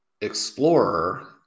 explorer